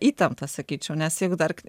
įtemptas sakyčiau nes jeigu dar